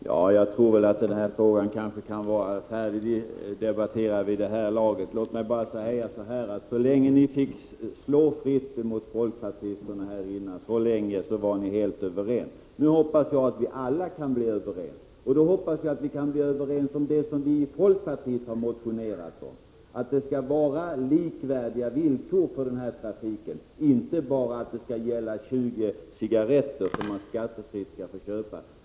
Herr talman! Jag tycker den här frågan kan vara färdigdebatterad vid det här laget. Låt mig bara säga att så länge ni fritt fick slå mot folkpartisterna, så länge var ni helt överens. Nu hoppas jag att vi alla kan bli överens om det som vi i folkpartiet har motionerat om, att det skall vara likvärdiga villkor på den här trafiken och inte bara gälla att man skall få köpa 20 cigarretter skattefritt.